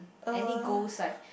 any goals like